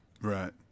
Right